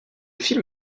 film